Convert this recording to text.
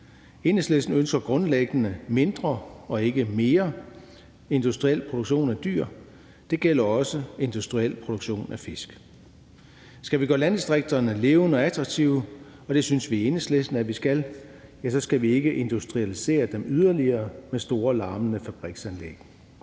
Enhedslisten ønsker grundlæggende mindre og ikke mere industriel produktion af dyr, og det gælder også industriel produktion af fisk. Skal vi gøre landdistrikterne levende og attraktive – og det synes vi i Enhedslisten at man skal – så skal vi ikke industrialisere dem yderligere med store larmende fabriksanlæg.